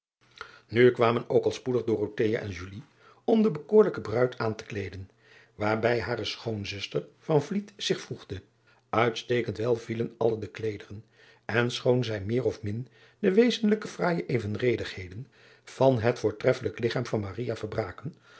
u kwamen ook al spoedig en om de bekoorlijke bruid aan te kleeden waarbij hare schoonzuster zich voegde itstekend wel vielen alle de kleederen en schoon zij meer of min de wezenlijke fraaije evenredigheden van het voortreffelijk ligchaam van verbraken